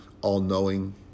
all-knowing